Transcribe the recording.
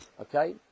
okay